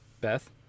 Beth